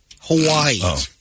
Hawaii